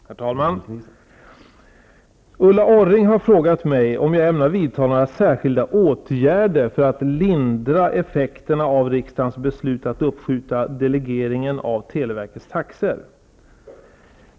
Herr talman! Ulla Orring har frågat mig om jag ämnar vidta några särskilda åtgärder för att lindra effekterna av riksdagens beslut att uppskjuta delegeringen av televerkets taxor.